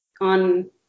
on